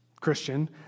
Christian